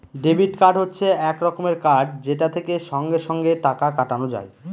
debit card হচ্ছে এক রকমের কার্ড যেটা থেকে সঙ্গে সঙ্গে টাকা কাটানো যায়